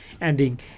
ending